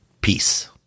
Peace